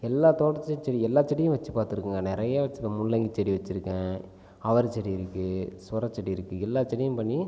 எல்லா தோட்டத்து செடி எல்லா செடியும் வச்சு பார்த்துருக்கோம் நிறையா வச்சுருக்கேன் முள்ளங்கி செடி வச்சுருக்கேன் அவரை செடி இருக்குது சுரச் செடி இருக்குது எல்லா செடியும் பண்ணி